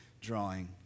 drawing